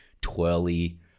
twirly